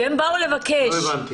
לא הבנתי.